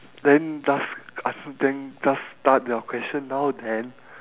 then just ah fo~ then just start your question now then